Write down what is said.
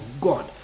God